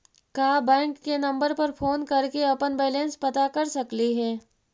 का बैंक के नंबर पर फोन कर के अपन बैलेंस पता कर सकली हे?